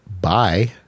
Bye